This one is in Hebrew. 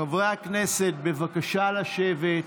חברי הכנסת, בבקשה לשבת.